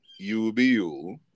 UBU